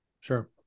Sure